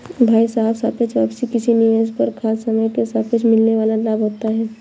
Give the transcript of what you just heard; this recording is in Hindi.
भाई साहब सापेक्ष वापसी किसी निवेश पर खास समय के सापेक्ष मिलने वाल लाभ होता है